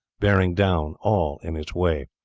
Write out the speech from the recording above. bearing down all in its way.